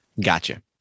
Gotcha